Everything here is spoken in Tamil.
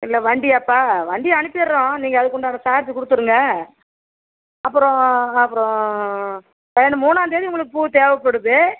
இல்லை வண்டியாப்பா வண்டி அனுப்பிடறோம் நீங்கள் அதுக்குண்டான சார்ஜ் கொடுத்துருங்க அப்புறோம் அப்புறோம் மூணாம்தேதி உங்களுக்கு பூ தேவைப்படுது